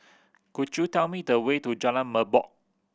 could you tell me the way to Jalan Merbok